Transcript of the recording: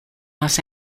los